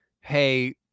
hey